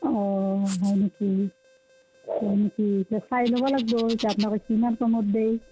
অঁ হয় নেকি এতিয়া চাই ল'ব লাগিব এতিয়া আপোনাক এতিয়া কিমান কমত দিয়ে